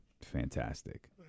fantastic